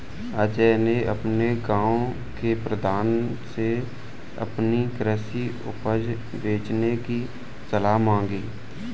अजय ने अपने गांव के प्रधान से अपनी कृषि उपज बेचने की सलाह मांगी